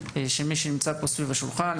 של מי שנמצא פה סביב השולחן,